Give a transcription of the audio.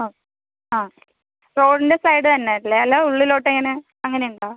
ആ ആ റോഡിൻ്റെ സൈഡ് തന്നെ അല്ലേ അല്ലേ ഉള്ളിലോട്ട് എങ്ങനെ അങ്ങനെയുണ്ടോ